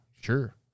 Sure